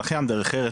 זכיין דרך ארץ,